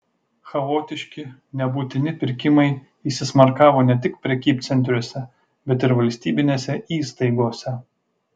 chaotiški nebūtini pirkimai įsismarkavo ne tik prekybcentriuose bet ir valstybinėse įstaigose